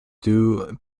due